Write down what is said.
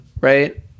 right